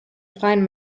freien